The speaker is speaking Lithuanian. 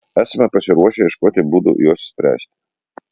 esame pasiruošę ieškoti būdų juos spręsti